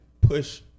push